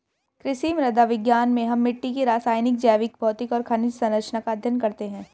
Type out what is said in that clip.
कृषि मृदा विज्ञान में हम मिट्टी की रासायनिक, जैविक, भौतिक और खनिज सरंचना का अध्ययन करते हैं